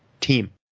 team